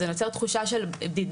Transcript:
זה יוצר תחושה של בדידות,